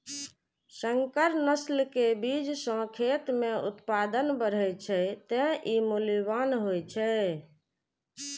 संकर नस्ल के बीज सं खेत मे उत्पादन बढ़ै छै, तें ई मूल्यवान होइ छै